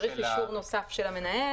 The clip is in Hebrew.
צריך אישור נוסף של המנהל,